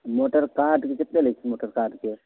motor कार्डके कतेक लै छियै मोटर कार्डके